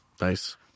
Nice